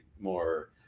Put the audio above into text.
more